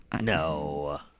No